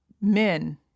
men